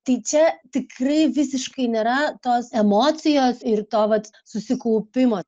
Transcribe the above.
tai čia tikrai visiškai nėra tos emocijos ir to vat susikaupimo